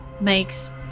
makes